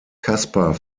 kasper